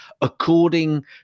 according